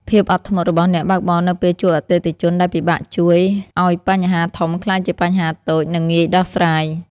ភាពអត់ធ្មត់របស់អ្នកបើកបរនៅពេលជួបអតិថិជនដែលពិបាកជួយឱ្យបញ្ហាធំក្លាយជាបញ្ហាតូច និងងាយដោះស្រាយ។